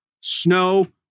snow